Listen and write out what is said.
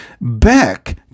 Back